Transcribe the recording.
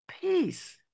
peace